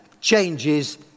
changes